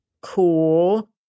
cool